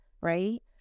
right